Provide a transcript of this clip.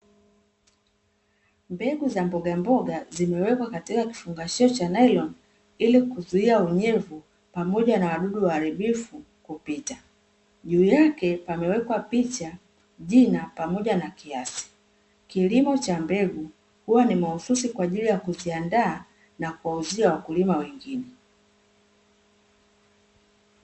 Mbegu za mbogamboga zimewekwa katika kifungashio cha Nailoni ili kuzuia unyevu pamoja na wadudu waharibifu kupita juu yake pamewekwa picha, jina pamoja na kiasi. Kilimo cha mbegu huwa ni mahususi kwaajili ya kuziandaa na kuwauzia wakulima wengine.